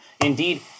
Indeed